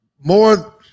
more